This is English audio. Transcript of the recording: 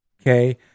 okay